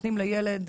נותנים לילד,